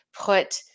put